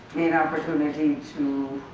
an opportunity to